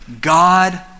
God